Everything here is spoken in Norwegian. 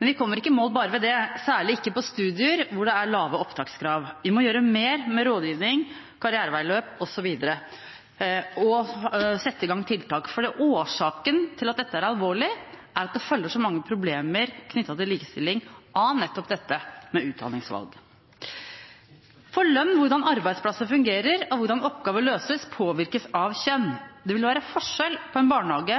Men vi kommer ikke i mål bare med det, særlig ikke på studier hvor det er lave opptakskrav. Vi må gjøre mer med rådgivning, karriereveiløp osv. og sette i gang tiltak, for årsaken til at dette er alvorlig, er at det følger så mange problemer knyttet til likestilling med nettopp dette med utdanningsvalg. Lønn, hvordan arbeidsplasser fungerer, hvordan oppgaver løses, påvirkes av kjønn. Det vil være forskjell på en barnehage